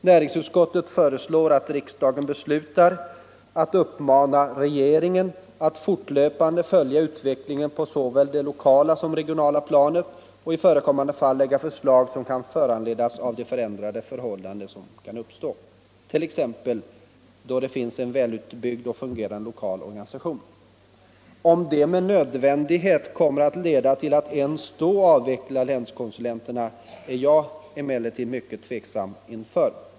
Näringsutskottet föreslår att riksdagen beslutar att uppmana regeringen att fortlöpande följa utvecklingen på såväl det lokala som regionala planet och i förekommande fall lägga förslag som kan föranledas av de förändrade förhållanden som kan uppstå, t.ex. då det finns en välutbyggd och fungerande lokal organisation. Om det med nödvändighet kommer att leda till att ens då avveckla länskonsulenterna är jag emellertid mycket tveksam inför.